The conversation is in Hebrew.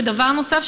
ודבר נוסף,